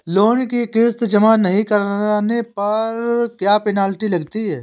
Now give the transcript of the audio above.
Loan की किश्त जमा नहीं कराने पर क्या पेनल्टी लगती है?